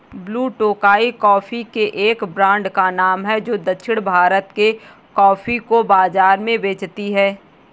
blue Tokai coffee के एक brand का नाम है जो दक्षिण भारत के कॉफी को बाजार में बेचती है